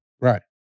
Right